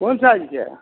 कोन साइजके